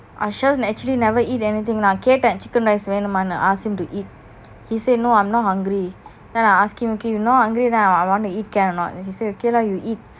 Ashwath actually never eat anything lah நான் கேட்டான்:naan keatan chicken rice வேணுமெண்டு:venumantu ask him to eat he said no I'm not hungry then I ask him okay you not hungry then I want to eat can or not then he say okay lah you eat